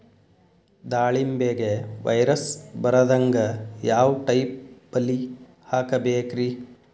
ದಾಳಿಂಬೆಗೆ ವೈರಸ್ ಬರದಂಗ ಯಾವ್ ಟೈಪ್ ಬಲಿ ಹಾಕಬೇಕ್ರಿ?